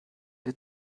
wir